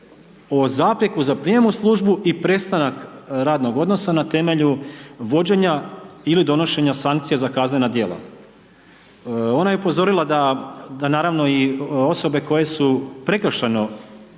o zapreku za prijem u službu i prestanak radnog odnosa na temelju vođenja ili donošenja sankcija za kaznena djela. Ona je upozorila da, da naravno i osobe koje su prekršajno